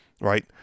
right